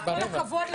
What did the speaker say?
כל הכבוד לכולם.